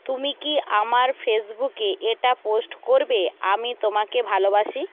তুমি কি আমার ফেসবুকে এটা পোস্ট করবে আমি তোমাকে ভালোবাসি